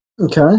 Okay